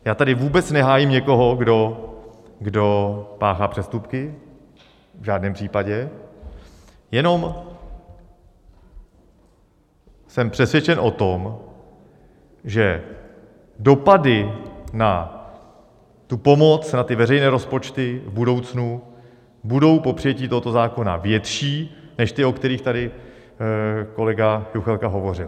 Já tady vůbec nehájím někoho, kdo páchá přestupky, v žádném případě, jenom jsem přesvědčen o tom, že dopady na tu pomoc, na ty veřejné rozpočty v budoucnu budou po přijetí tohoto zákona větší než ty, o kterých tady kolega Juchelka hovořil.